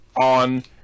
on